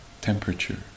temperature